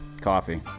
coffee